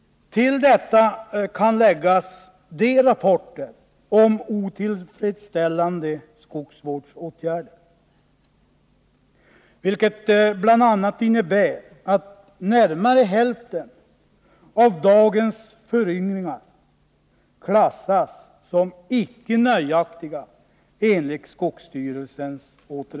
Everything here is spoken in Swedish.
Till detta kan läggas rapporter om otillfredsställande skogsvårdsåtgärder. Bl. a. klassas, enligt skogsstyrelsens återväxttaxering, närmare hälften av dagens föryngringar som ”icke nöjaktiga”.